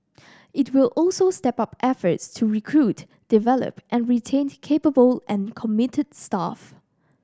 it will also step up efforts to recruit develop and retain capable and committed staff